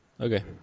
okay